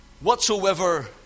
whatsoever